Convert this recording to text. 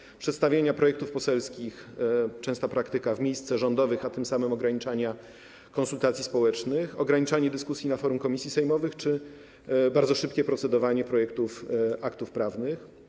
Chodzi o przedstawianie projektów poselskich - częsta praktyka - w miejsce rządowych, a tym samym ograniczanie konsultacji społecznych, ograniczanie dyskusji na forum komisji sejmowych czy bardzo szybkie procedowanie projektów aktów prawnych.